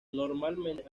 normalmente